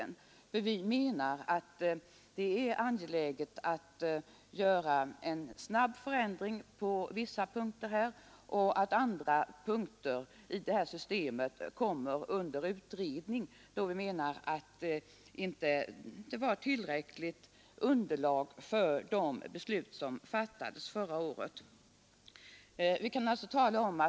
Vi menar nämligen att det är angeläget att få till stånd en snabb förändring på vissa punkter och att andra punkter i det studiesociala systemet bör bli föremål för utredning, eftersom det enligt vår uppfattning inte fanns tillräckligt underlag för de beslut som fattades förra året.